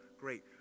great